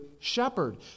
shepherd